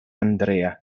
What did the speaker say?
andrea